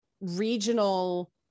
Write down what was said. regional